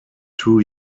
two